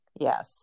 Yes